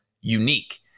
unique